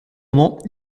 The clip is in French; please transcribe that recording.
moment